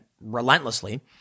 relentlessly